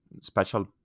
special